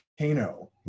volcano